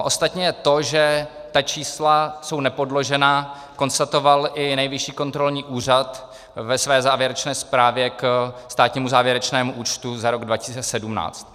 Ostatně to, že ta čísla jsou nepodložená, konstatoval i Nejvyšší kontrolní úřad ve své závěrečné zprávě ke státnímu závěrečnému účtu za rok 2017.